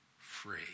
free